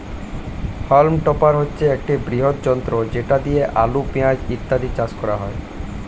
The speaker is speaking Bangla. হল্ম টপার হচ্ছে একটি বৃহৎ যন্ত্র যেটা দিয়ে আলু, পেঁয়াজ ইত্যাদি চাষ করা হয়